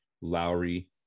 Lowry